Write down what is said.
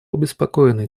обеспокоены